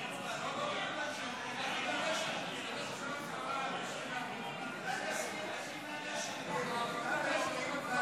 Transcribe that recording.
אדוני השר, בבקשה.